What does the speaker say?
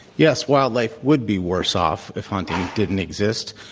yes. wildlife would be worse off if hunting didn't exist.